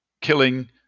killing